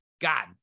God